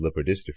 lipodystrophy